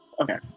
okay